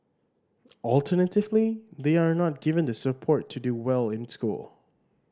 alternatively they are not given the support to do well in school